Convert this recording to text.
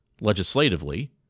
legislatively